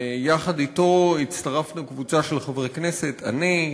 ויחד אתו הצטרפנו קבוצה של חברי כנסת: אני,